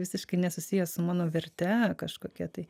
visiškai nesusiję su mano verte kažkokia tai